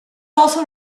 also